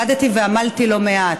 עבדתי ועמלתי לא מעט.